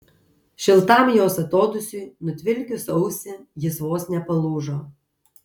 šiltam jos atodūsiui nutvilkius ausį jis vos nepalūžo